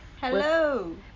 Hello